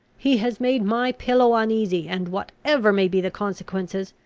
he has made my pillow uneasy and, whatever may be the consequences,